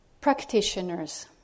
Practitioners